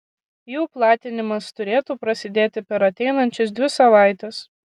jų platinimas turėtų prasidėti per ateinančias dvi savaites